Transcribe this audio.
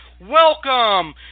Welcome